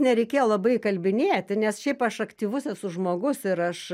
nereikėjo labai įkalbinėti nes šiaip aš aktyvus esu žmogus ir aš